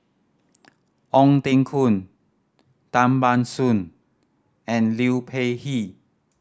Ong Teng Koon Tan Ban Soon and Liu Peihe